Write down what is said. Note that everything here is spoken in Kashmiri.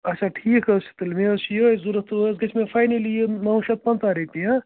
اَچھا ٹھیٖک حظ چھِ تیٚلہِ مےٚ حظ چھِ یِہَے ضروٗرت تہٕ وۅنۍ حظ گژھِ مےٚ فاینٕلی یہِ نَو شیٚتھ پَنٛژاہ رۄپیہِ ہا